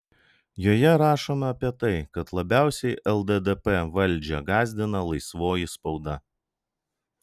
joje rašoma apie tai kad labiausiai lddp valdžią gąsdina laisvoji spauda